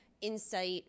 insight